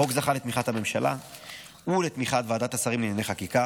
החוק זכה לתמיכת הממשלה ולתמיכת ועדת השרים לענייני חקיקה.